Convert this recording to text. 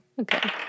Okay